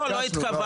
לא.